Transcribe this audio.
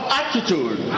attitude